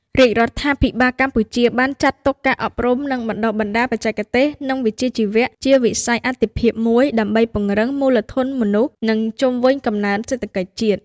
រាជរដ្ឋាភិបាលកម្ពុជាបានចាត់ទុកការអប់រំ និងបណ្តុះបណ្តាលបច្ចេកទេស និងវិជ្ជាជីវៈ ជាវិស័យអាទិភាពមួយដើម្បីពង្រឹងមូលធនមនុស្ស និងជំរុញកំណើនសេដ្ឋកិច្ចជាតិ។